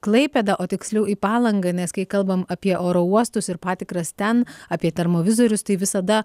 klaipėdą o tiksliau į palangą nes kai kalbam apie oro uostus ir patikras ten apie termovizorius tai visada